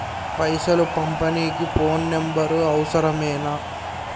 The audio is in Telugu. పైసలు పంపనీకి ఫోను నంబరు అవసరమేనా?